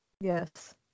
Yes